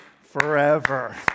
forever